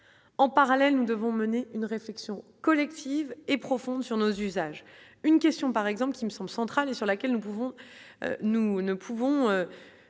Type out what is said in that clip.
en parallèle, nous devons mener une réflexion collective et profonde sur nos usages, une question, par exemple, qui me semble centrale et sur laquelle nous pouvons,